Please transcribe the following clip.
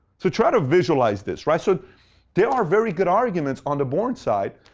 so try to visualize this, right. so there are very good arguments on the born side.